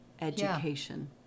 education